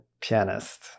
pianist